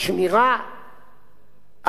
על כבוד האדם, על זכויות האזרח,